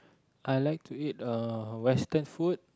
I like to eat uh Western food